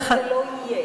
אין ולא יהיה.